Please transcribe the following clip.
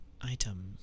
item